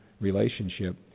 relationship